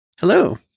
Hello